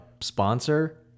sponsor